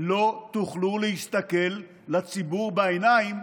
לא תוכלו להסתכל לציבור בעיניים,